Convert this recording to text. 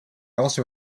also